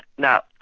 now,